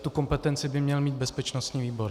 Tu kompetenci by měl mít bezpečnostní výbor.